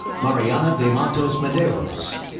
mariana de matos medeiros,